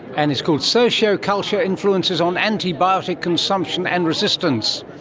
and it's called sociocultural influences on antibiotic consumption and resistance.